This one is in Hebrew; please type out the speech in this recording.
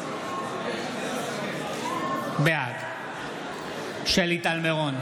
בעד שלי טל מירון,